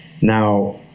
Now